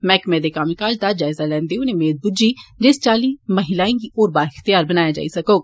मैह्कमे दे कम्मकाज दा जायजा लैंदे होई उनें मेद बुज्झी जे इस चाल्ली महिलाएं गी होर बा अख्तियार बनाया जाई सकोग